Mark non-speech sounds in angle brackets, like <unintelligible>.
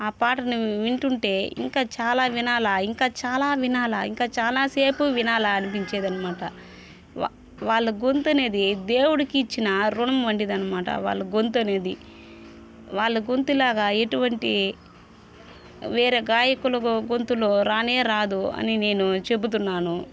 ఆ పాటను వింటుంటే ఇంకా చాలా వినాలా ఇంకా చాలా వినాలా ఇంకా చాలాసేపు వినాలా అనిపించేది అనమాట <unintelligible> వా వాళ్ల గొంతు అనేది దేవుడికి ఇచ్చిన రుణం వంటిదనమాట వాళ్ళు గొంతు అనేది వాళ్ళు గొంతులాగా ఎటువంటి వేరే గాయకుల గొంతులో రానే రాదు అని నేను చెబుతున్నాను